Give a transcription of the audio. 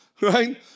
right